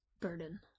burden